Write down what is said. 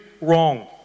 wrong